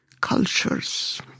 cultures